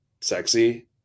sexy